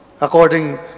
According